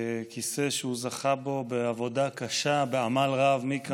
כיסא שהוא זכה בו בעבודה קשה, בעמל רב, מי כמונו,